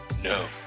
No